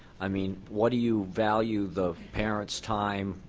i mean, what do you value the parents time,